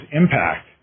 impact